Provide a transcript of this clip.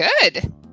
Good